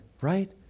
right